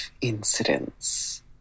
incidents